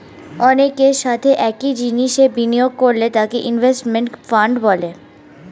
অনেকের সাথে একই জিনিসে বিনিয়োগ করলে তাকে ইনভেস্টমেন্ট ফান্ড বলে